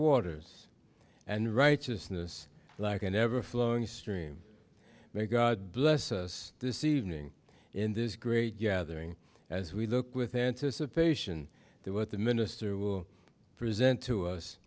waters and righteousness like an ever flowing stream may god bless us this evening in this great gathering as we look with anticipation that what the minister will present to us